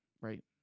right